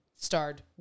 starred